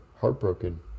Heartbroken